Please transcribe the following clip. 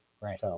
Right